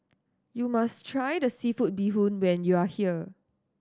you must try the seafood bee hoon when you are here